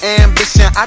ambition